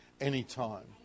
anytime